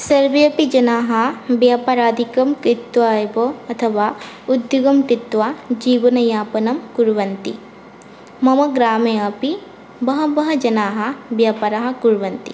सर्वे अपि जनाः व्यापारादिकं कृत्वा एव अथवा उद्योगं कृत्वा जीवनयापनं कुर्वन्ति मम ग्रामे अपि बहवः जनाः व्यापारं कुर्वन्ति